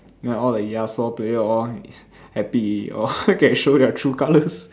ya all the yasuo player all is happy already all can show their true colours